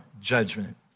Judgment